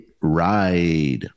ride